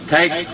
Take